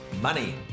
money